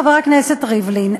חבר הכנסת ריבלין,